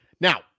Now